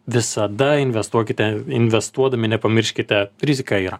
visada investuokite investuodami nepamirškite rizika yra